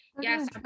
yes